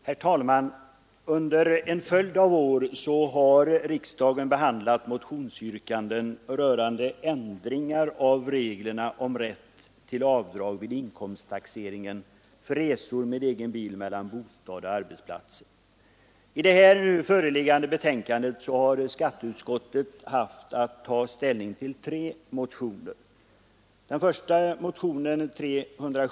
Herr talman! Under en följd av år har riksdagen behandlat motionsyrkanden rörande ändringar av reglerna om rätt till avdrag vid inkomsttaxeringen för resor med egen bil mellan bostaden och arbetsplatsen. I föreliggande betänkande har skatteutskottet tagit ställning till tre motioner i detta ärende. skattskyldiga.